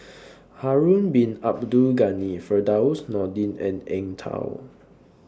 Harun Bin Abdul Ghani Firdaus Nordin and Eng Tow